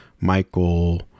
Michael